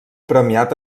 premiat